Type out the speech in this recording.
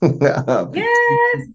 Yes